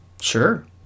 sure